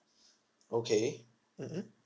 okay mmhmm